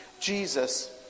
Jesus